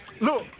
Look